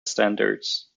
standards